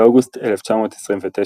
באוגוסט 1929,